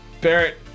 Barrett